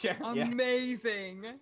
Amazing